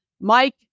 Mike